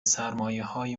سرمایههای